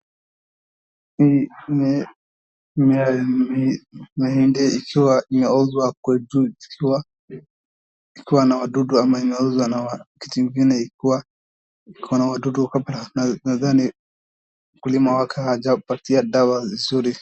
Hii mmea ya mahindi ikiwa inauzwa kweli kweli ikiwa na wadudu ama imemozwa na kitu kingine ikiwa iko na wadudu. Labda labda mkulima wake hajapatia dawa vizuri.